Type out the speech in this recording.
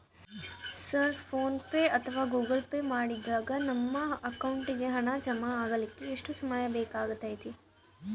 Sir PhonePe ಅಥವಾ Google Pay ಮಾಡಿದಾಗ ನಮ್ಮ ಅಕೌಂಟಿಗೆ ಹಣ ಜಮಾ ಆಗಲಿಕ್ಕೆ ಎಷ್ಟು ಸಮಯ ಬೇಕಾಗತೈತಿ?